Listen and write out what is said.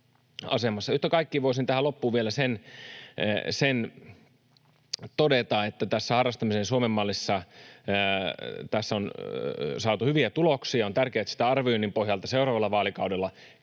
Yhtä kaikki voisin tähän loppuun vielä sen todeta, että tässä harrastamisen Suomen mallissa on saatu hyviä tuloksia. On tärkeää, että sitä arvioinnin pohjalta seuraavalla vaalikaudella kehitetään